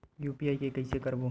UPI के कइसे करबो?